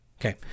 okay